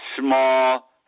small